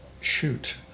shoot